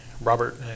Robert